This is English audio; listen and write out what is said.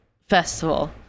festival